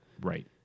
Right